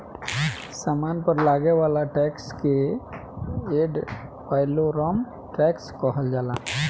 सामान पर लागे वाला टैक्स के एड वैलोरम टैक्स कहल जाला